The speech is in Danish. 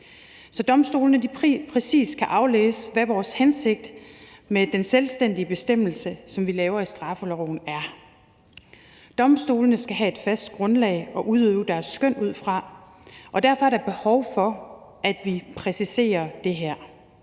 så domstolene præcis kan aflæse, hvad vores hensigt med den selvstændige bestemmelse, som vi laver i straffeloven, er. Domstolene skal have et fast grundlag at udøve deres skøn ud fra, og derfor er der behov for, at vi præciserer det her.